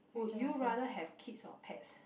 would you rather have kids or pets